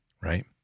right